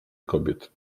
kobiet